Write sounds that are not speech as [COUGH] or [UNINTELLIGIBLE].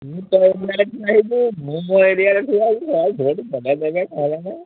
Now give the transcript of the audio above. ତୁ ତୋ ଏରିଆରେ ଠିଆ ହେବୁ ମୁଁ ମୋ ଏରିଆରେ ଠିଆ ହେବି [UNINTELLIGIBLE]